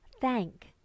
thank